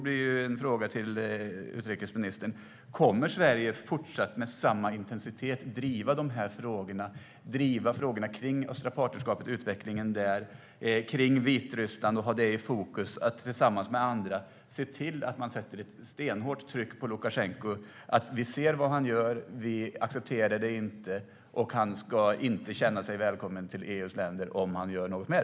Min fråga till utrikesministern är: Kommer Sverige fortsatt att med samma intensitet driva frågorna kring Östliga Partnerskapet och utvecklingen där och kring Vitryssland och ha fokus på att tillsammans med andra se till att man sätter ett stenhårt tryck på Lukasjenko? Vi ser vad han gör, men vi accepterar det inte. Och han ska inte känna sig välkommen till EU-länderna om han gör något mer.